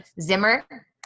Zimmer